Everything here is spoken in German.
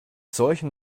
solchen